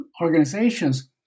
organizations